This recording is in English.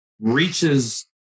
reaches